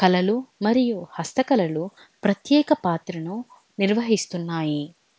కళలు మరియు హస్తకళలు ప్రత్యేక పాత్రను నిర్వహిస్తున్నాయి